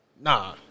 Nah